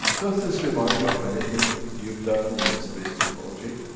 does this remind you of anything you've done in space technology?